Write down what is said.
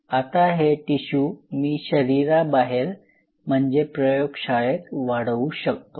आता हे टिशू मी शरीराबाहेर म्हणजे प्रयोगशाळेत वाढवू शकतो